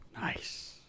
Nice